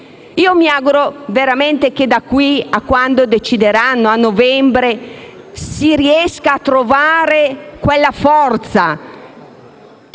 Mi auguro veramente che da qui a quando decideranno, a novembre, si riescano a trovare la forza